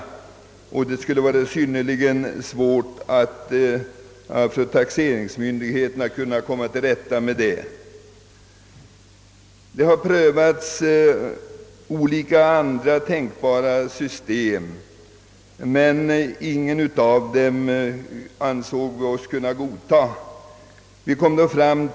Ett sådant förfarande skulle vara synnerligen besvärligt för taxeringsmyndigheterna att komma till rätta med. Även andra tänkbara system har prövats, men vi har inte ansett oss kunna godtaga något av dessa.